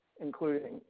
including